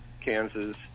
kansas